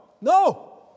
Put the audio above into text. no